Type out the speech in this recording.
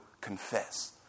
confess